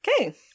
Okay